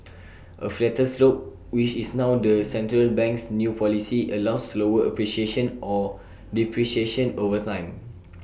A flatter slope which is now the central bank's new policy allows slower appreciation or depreciation over time